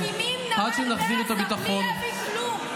מקימים נמל בעזה בלי להביא כלום.